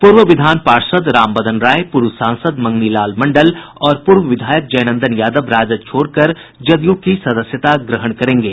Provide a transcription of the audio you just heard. पूर्व विधान पार्षद रामबदन राय पूर्व सांसद मंगनी लाल मंडल और पूर्व विधायक जय नंदन यादव राजद छोड़कर जदयू की सदस्यता ग्रहण करेंगे